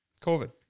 COVID